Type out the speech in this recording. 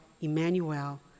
Emmanuel